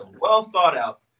well-thought-out